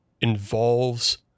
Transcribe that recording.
involves